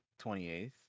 28th